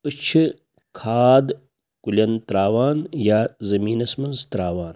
أسۍ چھِ کھاد کُلٮ۪ن ترٛاوان یا زٔمیٖنَس منٛز ترٛاوان